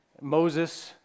Moses